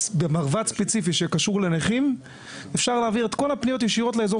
במרב"ד ספציפית שקשור בנכים אפשר להעביר את כל הפניות ישירות לאזור